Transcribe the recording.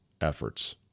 efforts